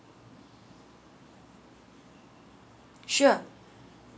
sure